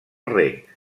rec